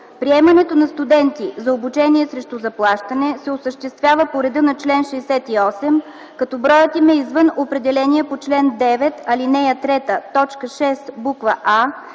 Приемането на студенти за обучение срещу заплащане се осъществява по реда на чл. 68, като броят им е извън определения по чл. 9, ал. 3, т. 6, буква